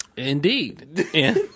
Indeed